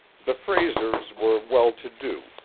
the fraysers were well-to-do,